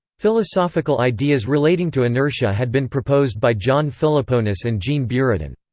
philosophical ideas relating to inertia had been proposed by john philoponus and jean buridan.